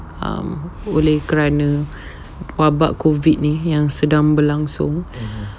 um oleh kerana wabak COVID ini yang sedang berlangsung